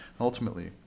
ultimately